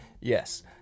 Yes